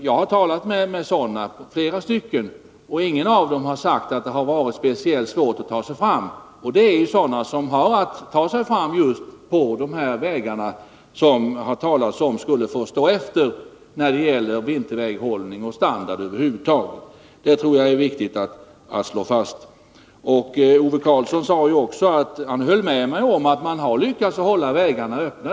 Jag har talat med flera yrkesverksamma som har haft att ta sig fram på just de vägar som enligt vissa uttalanden skulle få stå tillbaka när det gäller vinterväghållning och standard över huvud taget. Ingen av dem har sagt att det har varit speciellt svårt att ta sig fram. Ove Karlsson höll också med mig om att man har lyckats hålla vägarna öppna.